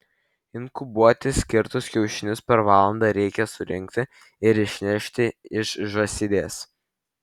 inkubuoti skirtus kiaušinius per valandą reikia surinkti ir išnešti iš žąsidės